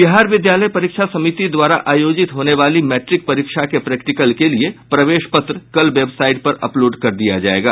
बिहार विद्यालय परीक्षा समिति द्वारा आयोजित होने वाली मैट्रिक परीक्षा के प्रैक्टिकल के लिए प्रवेश पत्र कल वेबसाइट पर अपलोड कर दिया जायेगा